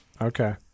Okay